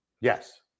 Yes